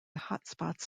hotspots